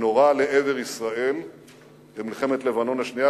שנורה לעבר ישראל במלחמת לבנון השנייה,